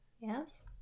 yes